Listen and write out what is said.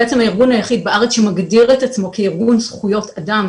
בעצם הארגון היחיד בארץ שמגדיר את עצמו כארגון זכויות אדם